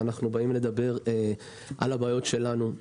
אנחנו באים לדבר על הבעיות שלנו.